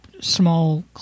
small